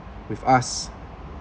with us